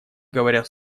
говоря